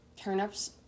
Turnips